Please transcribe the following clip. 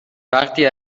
وقتی